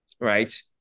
right